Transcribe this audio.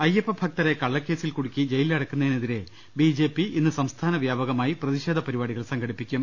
അയ്യപ്പ ഭക്തരെ കളളക്കേസിൽ കുടുക്കി ജയിലിലടക്കുന്ന തിനെതിരെ ബിജെപി ഇന്ന് സംസ്ഥാന വ്യാപകമായി പ്രതി ഷേധ പരിപാടികൾ സംഘടിപ്പിക്കും